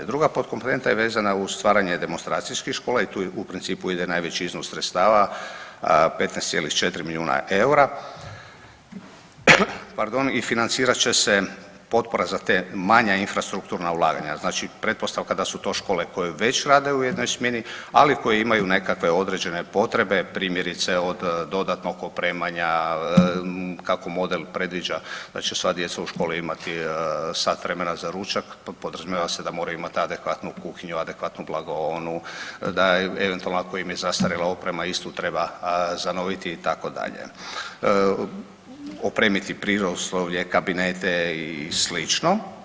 Druga potkomponenta je vezana uz stvaranje demonstracijskih škola i tu u principu ide najveći iznos sredstava, 15,4 milijuna eura, pardon i financirat će se potpora za te manja infrastrukturna ulaganja, znači pretpostavka da su to škole koje već rade u jednoj smjeni, ali koje imaju nekakve određene potrebe, primjerice od dodatnog opremanja kako model predviđa da će sva djeca u školi imati sat vremena za ručak, pa podrazumijeva se da moraju imat adekvatnu kuhinju, adekvatnu blagovaonu, da eventualno ako im je zastarjela oprema istu treba zanoviti itd., opremiti prirodoslovlje, kabinete i slično.